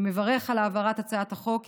אני מברך על העברת הצעת החוק.